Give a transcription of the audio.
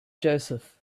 joseph